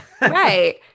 Right